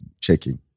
checking